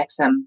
XM